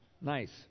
Nice